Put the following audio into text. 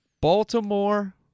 baltimore